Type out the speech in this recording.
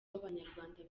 b’abanyarwanda